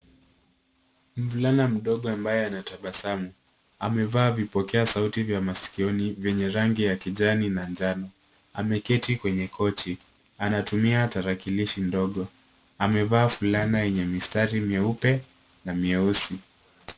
Mvulana mdogo ambaye anatabasamu amevaa vipokea sauti vya masikioni venye rangi ya kijani na njano . Ameketi kwenye kochi anatumia tarakilishi ndogo amevaa fulana yenye mistari meupe na meusi.